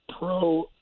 pro